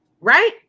right